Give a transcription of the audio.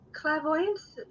Clairvoyance